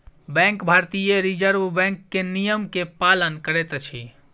bank भारतीय reserve bank के नियम के पालन करैत अछि